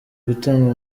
gutanga